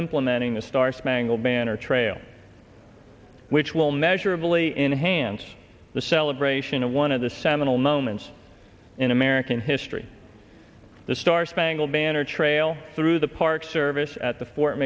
implementing the star spangled banner trail which will measurably enhance the celebration of one of the seminal moments in american history the star spangled banner trail through the park service at the fort